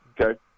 okay